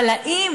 אבל האם